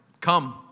Come